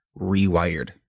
Rewired